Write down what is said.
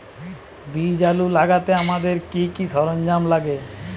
বীজ আলু লাগাতে আমাদের কি কি সরঞ্জাম লাগে?